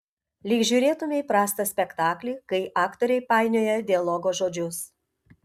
lyg žiūrėtumei prastą spektaklį kai aktoriai painioja dialogo žodžius